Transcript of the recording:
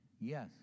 yes